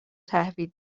تحویل